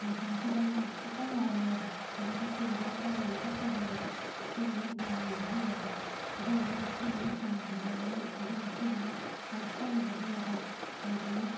ꯃꯄꯥꯁꯤꯗꯅ ꯈꯤꯇꯪ ꯉꯧꯍꯜꯂꯕ ꯑꯗꯒꯤ ꯁꯤꯁꯤꯅ ꯈꯔ ꯉꯥꯡꯇꯛ ꯇꯧꯍꯜꯂꯕ ꯁꯤꯁꯤꯅ ꯍꯦꯟꯅ ꯉꯥꯡꯍꯜꯂꯕ ꯑꯗꯨ ꯑꯣꯏꯔꯒꯗꯤ ꯁꯤꯁꯤꯅ ꯍꯦꯟꯅ ꯐꯖꯒꯅꯤ ꯑꯗꯨꯒ ꯁꯤꯁꯤꯅ ꯄꯣꯝꯁꯥꯠꯅꯕꯒꯤ ꯃꯇꯝ ꯑꯣꯏꯒꯅꯤ